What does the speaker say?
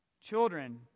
Children